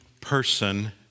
person